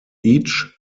each